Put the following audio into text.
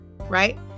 right